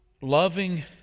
loving